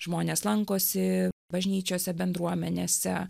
žmonės lankosi bažnyčiose bendruomenėse